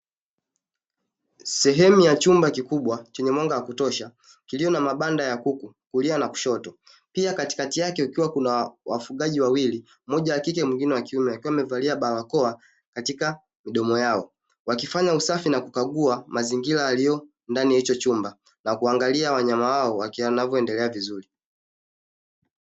Sehemu ya chumba kikubwa chenye mwanga wa kutosha kilicho na mabanda ya kuku kulia na kushoto, pia katikati yake kukiwa na wafugaji wawili mmoja wa kike na mwingine wa kiume wakiwa wamevalia barakoa katika midomo yao. Wakifanya usafi na kugua mazingira ya hicho chumba na kuangalia wanyama hao wanavyoendelea vizuri.